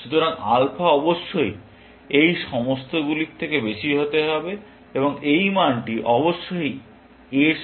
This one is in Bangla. সুতরাং আলফা অবশ্যই এই সমস্তগুলির থেকে বেশি হতে হবে এবং এই মানটি অবশ্যই এর সর্বোচ্চ থেকে বেশি হতে হবে